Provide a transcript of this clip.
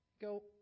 Go